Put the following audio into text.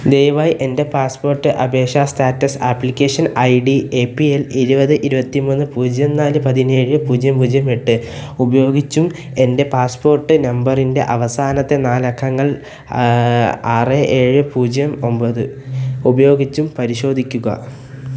ദയവായി എൻ്റെ പാസ്പോർട്ട് അപേക്ഷാ status application I D A P L ഇരുപത് ഇരുപത്തി മൂന്ന് പൂജ്യം നാല് പതിനേഴ് പൂജ്യം പൂജ്യം എട്ട് ഉപയോഗിച്ചും എൻ്റെ പാസ്പോർട്ട് നമ്പറിൻ്റെ അവസാനത്തെ നാലക്കങ്ങൾ ആറ് ഏഴ് പൂജ്യം ഒമ്പത് ഉപയോഗിച്ചും പരിശോധിക്കുക